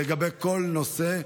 לגבי כל נושא,